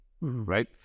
right